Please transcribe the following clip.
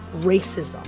racism